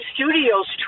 Studios